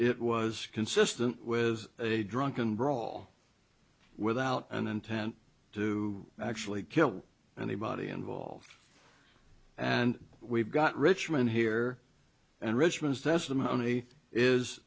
it was consistent with a drunken brawl without an intent to actually kill anybody involved and we've got richmond here and richmond's testimony is